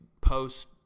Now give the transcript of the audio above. post